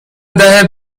دهه